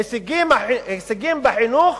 הישגים בחינוך